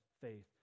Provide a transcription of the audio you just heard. faith